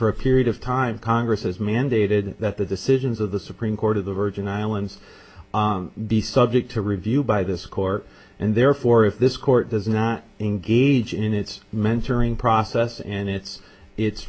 for a period of time congress has mandated that the decisions of the supreme court of the virgin islands be subject to review by this court and therefore if this court does not engage in its mentoring process and it's it